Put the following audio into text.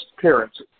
parents